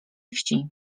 wsi